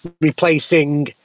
replacing